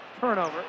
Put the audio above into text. Turnover